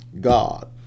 God